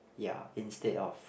ya instead of